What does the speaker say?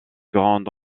grandes